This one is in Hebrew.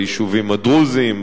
ביישובים הדרוזיים,